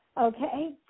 Okay